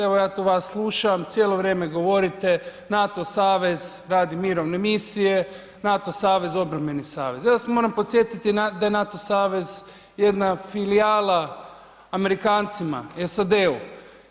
Evo je tu vas slušam cijelo vrijeme govorite NATO savez radi mirovne misije, NATO savez obrambeni savez, ja vas moram podsjetiti da je NATO savez jedna filijala Amerikacima, SAD-u.